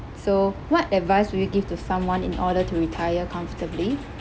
so what advice would you give to someone in order to retire comfortably